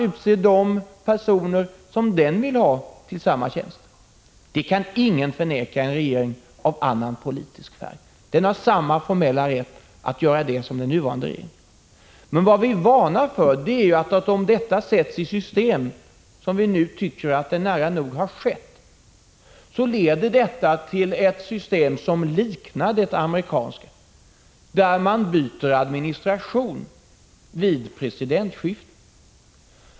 Denna rätt kan ingen förvägra en regering av annan politisk färg. Den har samma formella rätt att utse de personer den vill ha som den nuvarande regeringen. Men vi varnar för att om detta sätts i system, vilket vi tycker nära nog har skett, leder det till en ordning som liknar den amerikanska, där man byter administration vid presidentskifte.